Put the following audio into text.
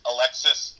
Alexis